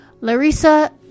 Larissa